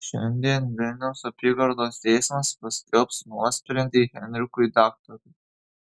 šiandien vilniaus apygardos teismas paskelbs nuosprendį henrikui daktarui